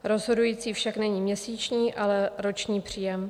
Rozhodující však není měsíční, ale roční příjem.